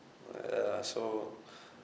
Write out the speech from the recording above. ya so